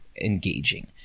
engaging